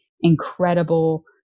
incredible